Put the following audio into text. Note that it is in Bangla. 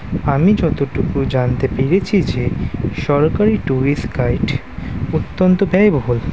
আমি যতটুকু জানতে পেরেছি যে সরকারি টুরিস্ট গাইড অত্যন্ত ব্যয়বহুল